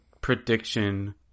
prediction